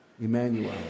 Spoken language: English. Emmanuel